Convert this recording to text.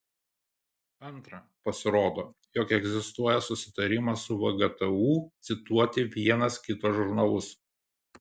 antra pasirodo jog egzistuoja susitarimas su vgtu cituoti vienas kito žurnalus